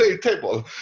table